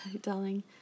darling